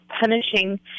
punishing